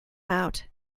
out